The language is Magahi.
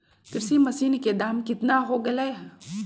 कृषि मशीन के दाम कितना हो गयले है?